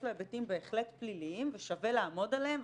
יש לו היבטים בהחלט פליליים ושווה לעמוד עליהם.